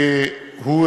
והוא,